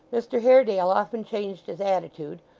mr haredale often changed his attitude,